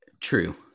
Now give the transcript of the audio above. True